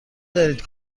دانید